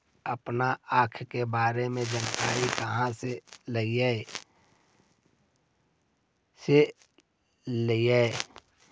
अपन खाता के बारे मे जानकारी कहा से ल?